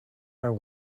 are